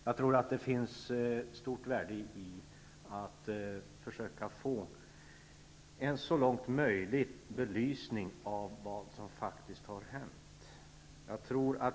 Jag tror att det ligger ett stort värde i att försöka få en belysning så långt möjligt av vad som faktiskt har hänt.